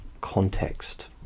context